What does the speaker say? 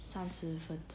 三十分钟